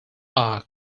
are